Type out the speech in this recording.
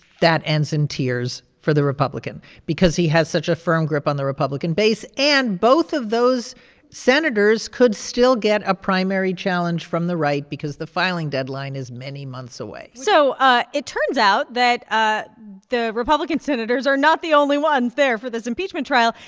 that ends in tears for the republican because he has such a firm grip on the republican base. and both of those senators could still get a primary challenge from the right because the filing deadline is many months away so ah it turns out that ah the republican senators are not the only ones there for this impeachment trial.